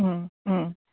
उम उम